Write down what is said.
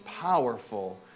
powerful